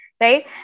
right